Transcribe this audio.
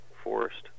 forest